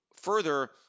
further